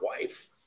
wife